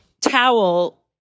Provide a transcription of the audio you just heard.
towel